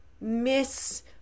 Miss